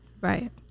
Right